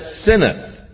sinneth